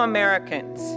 Americans